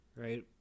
Right